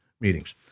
meetings